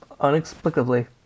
unexplicably